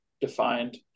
defined